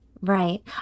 Right